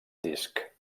disc